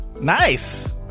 Nice